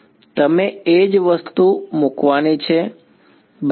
તમે એ જ વસ્તુ મૂકવાની છે બરાબર